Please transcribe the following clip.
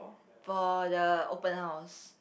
for the open house